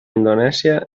indonèsia